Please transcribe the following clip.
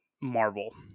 Marvel